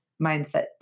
Mindset